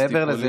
אבל,